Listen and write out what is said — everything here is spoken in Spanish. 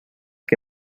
que